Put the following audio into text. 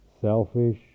selfish